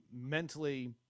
mentally